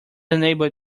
unable